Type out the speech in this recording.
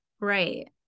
Right